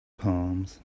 palms